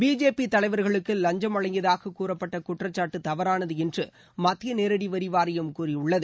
BJP தலைவர்களுக்கு லஞ்சம் வழங்கியதாக கூறப்பட்ட குற்றச்சாட்டு தவறானது என்று மத்திய நேரடி வரி வாரியம் கூறியுள்ளது